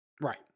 Right